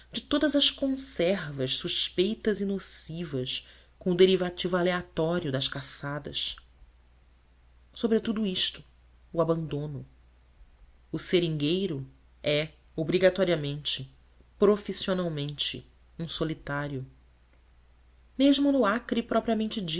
de todas as conservas suspeitas e nocivas com o derivativo aleatório das caçadas sobretudo isto o abandono o seringueiro é obrigatoriamente profissionalmente um solitário mesmo no acre propriamente